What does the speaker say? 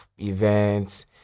events